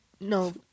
no